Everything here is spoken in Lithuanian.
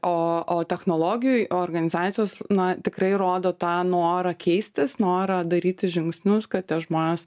o o technologijų organizacijos na tikrai rodo tą norą keistis norą daryti žingsnius kad tie žmonės